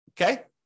okay